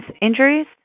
injuries